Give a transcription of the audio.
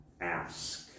ask